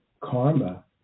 karma